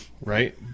Right